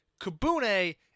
Kabune